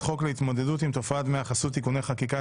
חוק להתמודדות עם תופעת דמי החסות (תיקוני חקיקה),